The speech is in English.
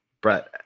Brett